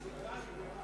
השריקה נגמרה.